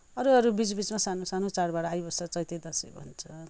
अरू अरू बिच बिचमा सानो सानो चाड बाड आइबस्छ चैते दसैँ भन्छ